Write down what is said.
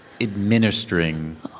administering